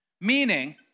Meaning